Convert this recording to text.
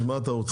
אז מה אתה רוצה?